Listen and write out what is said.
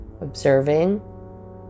observing